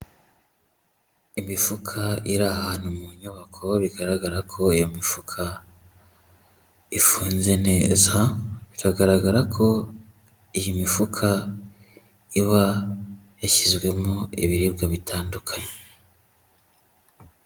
Imifuka iri ahantu mu nyubako, bigaragara ko iyo mifuka ifunze neza, biragaragara ko iyi mifuka iba yashyizwemo ibiribwa bitandukanye.